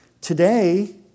Today